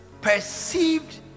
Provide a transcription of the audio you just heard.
perceived